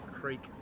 Creek